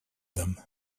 them